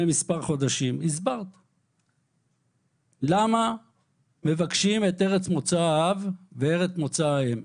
לפני כמה חודשים למה מבקשים את ארץ מוצא האב ואת ארץ מוצא האם?